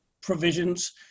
provisions